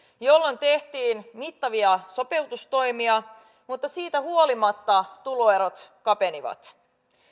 jolloin tehtiin mittavia sopeutustoimia mutta siitä huolimatta tuloerot kapenivat